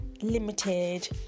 limited